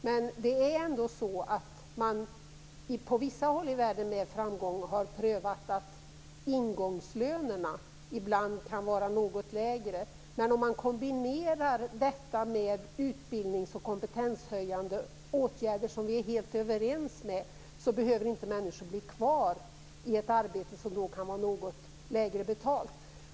Men det är ändå så att man på vissa håll i världen med framgång har prövat ingångslöner som ibland kan ligga något lägre. Om man kombinerar detta med utbildnings och kompetenshöjande åtgärder, som vi är helt överens om, behöver människor sedan inte bli kvar i arbetena med denna något lägre betalning.